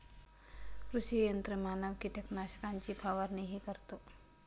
कृषी यंत्रमानव कीटकनाशकांची फवारणीही करतो